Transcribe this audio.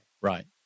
Right